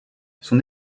son